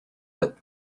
but